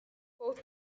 both